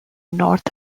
north